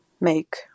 make